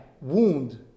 wound